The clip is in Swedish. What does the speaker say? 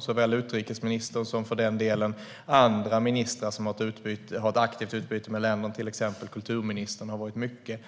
Såväl utrikesministern som för den delen andra ministrar som har ett aktivt utbyte med länder, till exempel kulturministern, har varit mycket